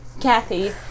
Kathy